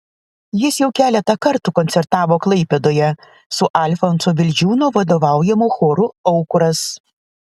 jis jau keletą kartų koncertavo klaipėdoje su alfonso vildžiūno vadovaujamu choru aukuras